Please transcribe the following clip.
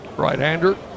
Right-hander